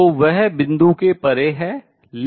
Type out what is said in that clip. तो वह बिंदु के परे है